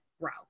grow